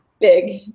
big